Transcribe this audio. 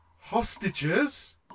Hostages